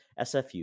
SFU